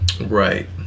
Right